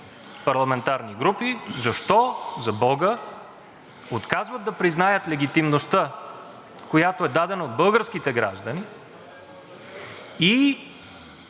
парламентарни групи защо, за бога, отказват да признаят легитимността, която е дадена от българските граждани, и